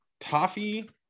toffee